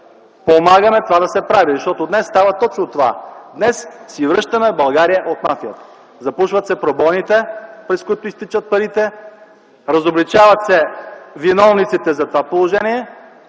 помагаме това да се прави. Защото днес става точно това – днес си връщаме България от мафията. Запушват се пробойните, през които изтичат парите, разобличават се виновниците за това положение